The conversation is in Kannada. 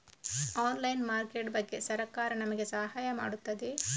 ಆನ್ಲೈನ್ ಮಾರ್ಕೆಟ್ ಬಗ್ಗೆ ಸರಕಾರ ನಮಗೆ ಸಹಾಯ ಮಾಡುತ್ತದೆ?